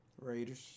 Raiders